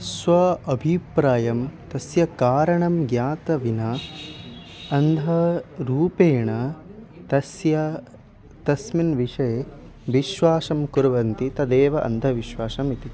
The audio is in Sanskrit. स्व अभिप्रायं तस्य कारणं ज्ञातं विना अन्धरूपेण तस्य तस्मिन् विषये विश्वासं कुर्वन्ति तदेव अन्धविश्वासः इति